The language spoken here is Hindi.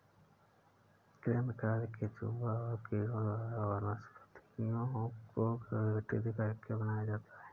कृमि खाद केंचुआ और कीड़ों द्वारा वनस्पतियों को विघटित करके बनाया जाता है